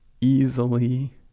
easily